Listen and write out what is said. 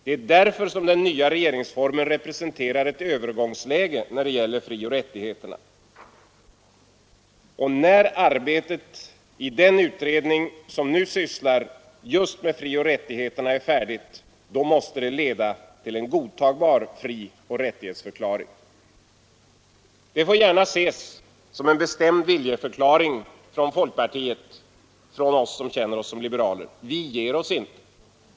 Det är därför som den nya regeringsformen representerar ett övergångsläge när det gäller frioch rättigheterna. När arbetet i den utredning som nu sysslar med frioch rättigheterna är färdigt måste det leda till en godtagbar frioch rättighetsförklaring. Det får gärna ses som en bestämd viljeförklaring från folkpartiet, från oss som känner oss som liberaler. Vi ger oss inte.